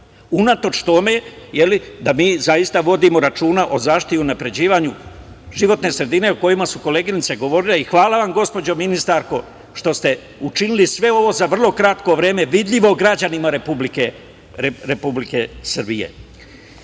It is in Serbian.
je li, da mi zaista vodimo računa o zaštiti i unapređenju životne sredine o kojima su koleginice govorile. Hvala vam, gospođo ministarko, što ste učinili sve ovo za vrlo kratko vreme, vidljivo građanima Republike Srbije. Pošto